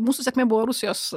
mūsų sėkmė buvo rusijos